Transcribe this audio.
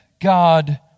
God